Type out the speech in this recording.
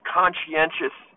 conscientious